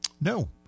No